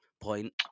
point